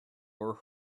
were